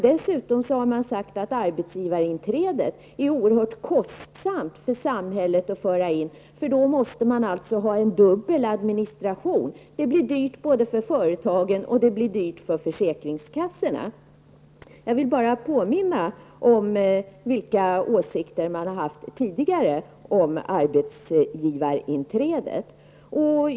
Dessutom har man sagt att det är oerhört kostsamt för samhället att föra in arbetsgivarinträde, för då måste man ha dubbel organisation. Det blir dyrt både för företagen och för försäkringskassorna. Jag vill alltså bara påminna om vilken åsikt man har haft tidigare om arbetsgivarinträdet.